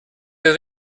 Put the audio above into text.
der